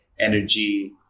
energy